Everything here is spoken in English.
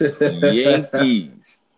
Yankees